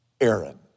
Aaron